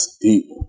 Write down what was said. deep